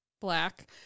black